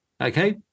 Okay